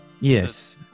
Yes